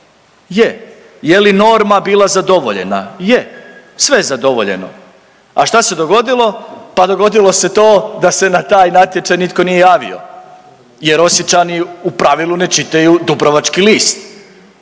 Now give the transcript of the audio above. Je. Je li norma bila zadovoljena? Je, sve je zadovoljeno. A šta se dogodilo? Pa dogodilo se to da se na taj natječaj nitko nije javio, jer Osječani u pravilu ne čitaju Dubrovački list.